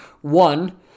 One